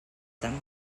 them